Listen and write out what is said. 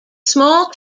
small